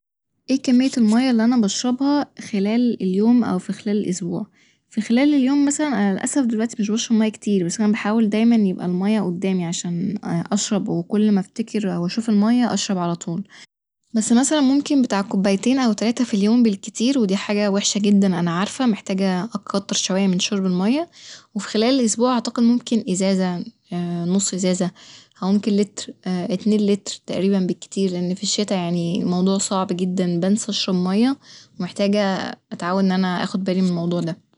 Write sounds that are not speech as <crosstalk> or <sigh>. اي كمية المية اللي أنا بشربها خلال اليوم أو ف خلال الأسبوع ف خلال اليوم مثلا ، أنا للأسف دلوقتي مش بشرب مية كتير بس أنا بحاول دايما يبقى المية قدامي عشان <hesitation> أشرب وكل ما أفتكر أو أشوف المية أشرب علطول بس مثلا بتاع كوبايتين أو تلاتة ف اليوم بالكتير ودي حاجة وحشة جدا أنا عارفه ، محتاجة أكتر شوية من شرب المية وف خلال أسبوع أعتقد ممكن ازازة <hesitation> نص ازازة ، أو ممكن لتر <hesitation> اتنين لترتقريبا بالكتير ، لإن ف الشتا يعني الموضوع صعب جدا بنسى أشرب مية ومحتاجة <hesitation> أتعود إن أنا اخد بالي من الموضوع ده